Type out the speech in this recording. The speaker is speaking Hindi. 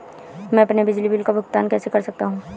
मैं अपने बिजली बिल का भुगतान कैसे कर सकता हूँ?